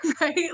right